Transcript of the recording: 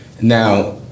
Now